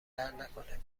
دردنکنه